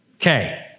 Okay